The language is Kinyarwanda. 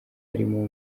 harimo